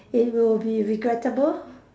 it will be regrettable